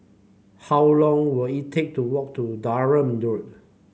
how long will it take to walk to Durham Road